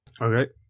Okay